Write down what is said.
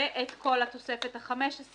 ואת כל התוספת ה-15,